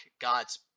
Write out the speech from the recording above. God's